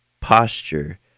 posture